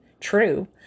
true